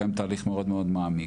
מקיים תהליך מאוד מאוד מעמיק.